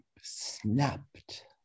snapped